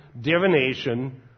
divination